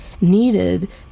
needed